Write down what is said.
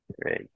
Great